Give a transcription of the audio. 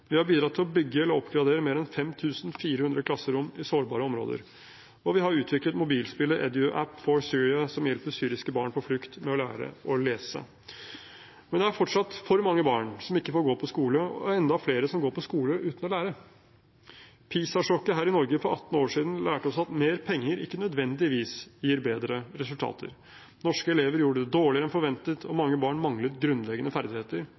Vi har bidratt til å bygge eller oppgradere mer enn 5 400 klasserom i sårbare områder. Og vi har utviklet mobilspillet EduApp4Syria, som hjelper syriske barn på flukt med å lære å lese. Men det er fortsatt for mange barn som ikke får gå på skole, og enda flere som går på skole uten å lære. PISA-sjokket her i Norge for 18 år siden lærte oss at mer penger ikke nødvendigvis gir bedre resultater. Norske elever gjorde det dårligere enn forventet, og mange barn manglet grunnleggende ferdigheter